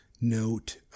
note